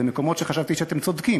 במקומות שחשבתי שאתם צודקים,